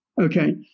Okay